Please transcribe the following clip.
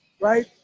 right